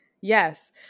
Yes